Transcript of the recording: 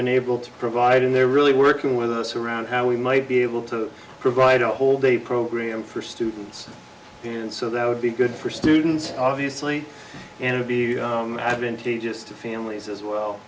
been able to provide and they're really working with us around how we might be able to provide a whole day program for students here and so that would be good for students obviously and would be advantageous to families as well